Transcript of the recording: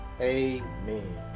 Amen